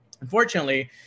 Unfortunately